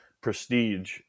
prestige